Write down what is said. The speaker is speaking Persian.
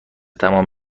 تمام